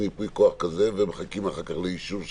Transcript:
ייפוי כוח כזה ומחכים אחר כך לאישור שלכם.